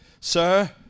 Sir